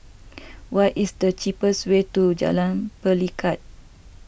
what is the cheapest way to Jalan Pelikat